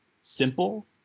simple